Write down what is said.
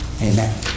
Amen